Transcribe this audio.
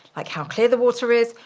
like how clear the water is,